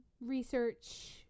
research